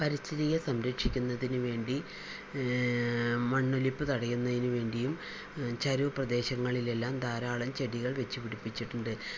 പരിസ്ഥിതിയെ സംരക്ഷിക്കുന്നതിന് വേണ്ടി മണ്ണൊലിപ്പ് തടയുന്നതിന് വേണ്ടിയും ചരിവ് പ്രദേശങ്ങളിലെല്ലാം ധാരാളം ചെടികൾ വച്ച് പിടിപ്പിച്ചിട്ടുണ്ട്